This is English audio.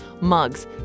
mugs